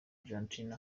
argentina